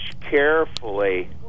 carefully